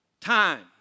time